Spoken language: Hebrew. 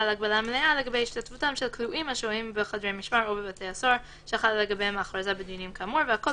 האזרחי --- התוספת תהיה בסוף החוק.